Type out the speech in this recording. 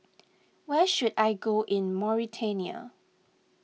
where should I go in Mauritania